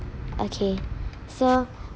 okay so